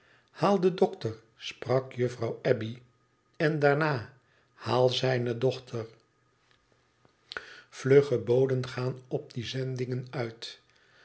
haal een dokter sprak juffrouw abbey en daarna ihaal zijne dochter vlugge boden gaan op die zendingen uit